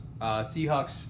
Seahawks